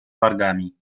wargami